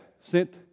sent